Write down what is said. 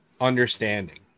understanding